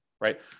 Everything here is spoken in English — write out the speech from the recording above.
right